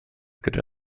gyda